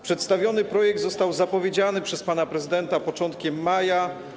Przedstawiony projekt został zapowiedziany przez pana prezydenta na początku maja.